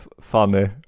funny